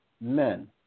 men